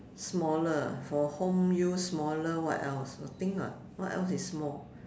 smaller for home use smaller what else nothing [what] what else is small